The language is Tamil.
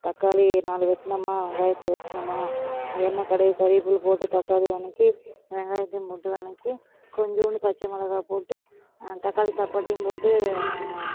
தக்காளி நாலு வெட்டினோம்மா வெங்காயத்தை வெட்டினோம்மா எண்ணெய் கடுகு கருவேப்பிலை போட்டு தக்காளி வதக்கி வெங்காயத்தையும் போட்டு வதக்கி கொஞ்சோண்டு பச்சை மிளகா போட்டு தக்காளி சாப்பாட்டையும் போட்டு